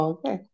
Okay